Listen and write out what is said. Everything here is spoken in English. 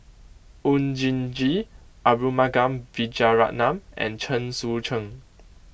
Oon Jin Gee Arumugam Vijiaratnam and Chen Sucheng